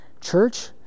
church